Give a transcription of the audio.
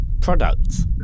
products